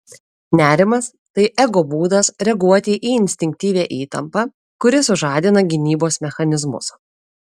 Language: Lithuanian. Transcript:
nerimas tai ego būdas reaguoti į instinktyvią įtampą kuri sužadina gynybos mechanizmus